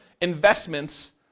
investments